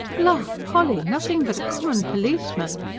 la, polly! nothing but a common policeman!